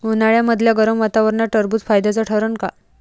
उन्हाळ्यामदल्या गरम वातावरनात टरबुज फायद्याचं ठरन का?